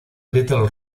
little